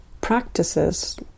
practices